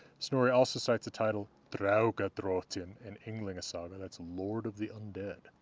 snorri also cites the title drauga drottinn in ynglinga saga, that's lord of the undead,